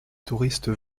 touristes